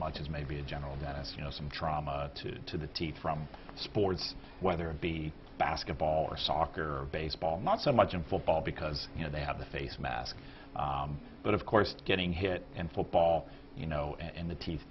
much as maybe a general dentist you know some trauma to the teeth from sports whether it be basketball or soccer baseball not so much in football because you know they have the face mask but of course getting hit in football you know and the teeth